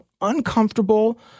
uncomfortable